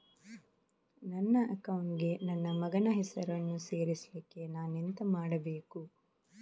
ನನ್ನ ಅಕೌಂಟ್ ಗೆ ನನ್ನ ಮಗನ ಹೆಸರನ್ನು ಸೇರಿಸ್ಲಿಕ್ಕೆ ನಾನೆಂತ ಮಾಡಬೇಕು?